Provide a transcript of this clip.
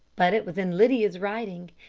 but it was in lydia's writing,